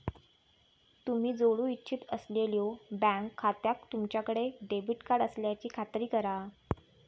तुम्ही जोडू इच्छित असलेल्यो बँक खात्याक तुमच्याकडे डेबिट कार्ड असल्याची खात्री करा